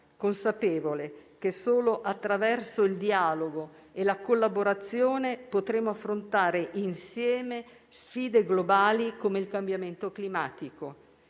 consapevole che solo attraverso il dialogo e la collaborazione potremo affrontare insieme sfide globali come il cambiamento climatico.